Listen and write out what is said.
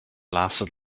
lasted